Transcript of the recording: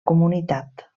comunitat